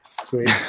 Sweet